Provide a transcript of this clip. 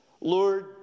Lord